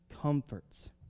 comforts